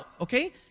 Okay